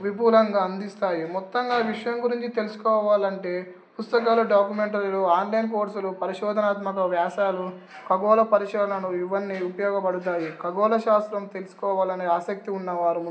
విపూలంగా అందిస్తాయి మొత్తంగా విషయం గురించి తెలుసుకోవాలంటే పుస్తకాలు డాక్యుమెంటరీలు ఆన్లైన్ కోర్సులు పరిశోధనాత్మక వ్యాసాలు ఖగోల పరిశోదనలు ఇవన్నీ ఉపయోగపడతాయి ఖగోళ శాస్త్రం తెలుసుకోవాలని ఆసక్తి ఉన్నవారు